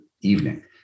evening